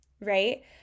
right